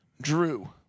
Drew